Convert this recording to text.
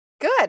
Good